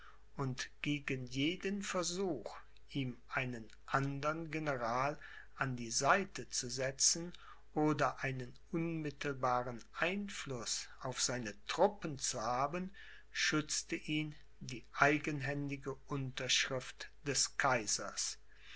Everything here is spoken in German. und gegen jeden versuch ihm einen andern general an die seite zu setzen oder einen unmittelbaren einfluß auf seine truppen zu haben schützte ihn die eigenhändige unterschrift des kaisers